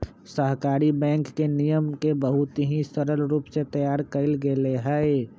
सहकारी बैंक के नियम के बहुत ही सरल रूप से तैयार कइल गैले हई